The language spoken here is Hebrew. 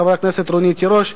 חברת הכנסת רונית תירוש,